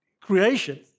creation